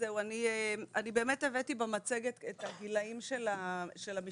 אני באמת הבאתי במצגת את הגילים של המשפחות,